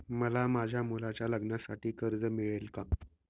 मला माझ्या मुलाच्या लग्नासाठी कर्ज मिळेल का?